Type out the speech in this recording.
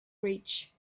rich